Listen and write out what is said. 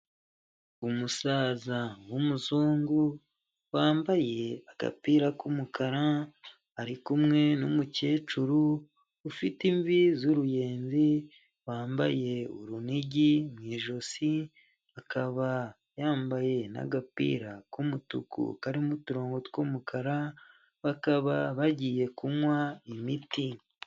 Umusaza w'umuzungu wambaye agapira k'umukara ari kumwe n'umukecuru ufite imvi z'uruyenzi wambaye urunigi mu ijosi, akaba yambaye n'agapira k'umutuku karimo uturongo tw'umukara bakaba bagiye kunywa imiti.